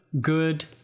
good